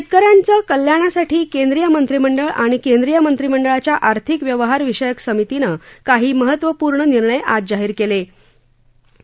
शेतकऱ्यांचं कल्याणासाठी केंद्रीय मंत्रीमंडळ आणि केंद्रीय मंत्रिमंडळाच्या आर्थिक व्यवहार विषयक समितीनं काही महत्त्वपूर्ण निर्णय आज जाहीर केलेत